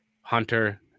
Hunter